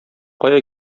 кая